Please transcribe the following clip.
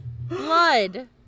Blood